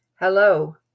Hello